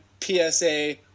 PSA